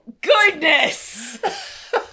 goodness